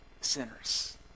sinners